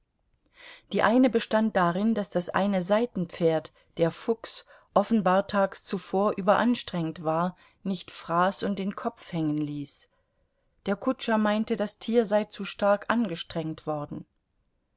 die eine bestand darin daß das eine seitenpferd der fuchs offenbar tags zuvor überanstrengt war nicht fraß und den kopf hängen ließ der kutscher meinte das tier sei zu stark angestrengt worden